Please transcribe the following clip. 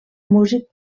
músic